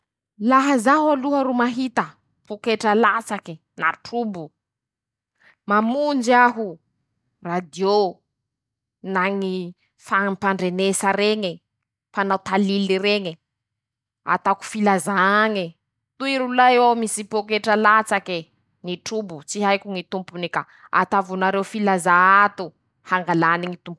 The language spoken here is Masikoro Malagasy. Laha zaho aloha ro mahita pôketra latsake na trobo: -Mamonjy aho ,radiô ,na ñy fampandreñesa reñe ,mpanao talily reñe ,ataoko filazà añe ,toy rolahy hoaho misy pôketra latsake ,nitrobo tsy haiko ñy tompony ka ataovonareo filazàna ato hangalany ñy tompony azy.